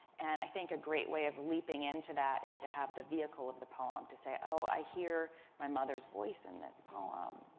and i think a great way of leaping into that is to have the vehicle of the poem to say, oh, i hear my mother's voice in this poem.